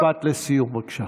משפט לסיום, בבקשה.